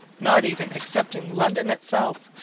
not even excepting london itself,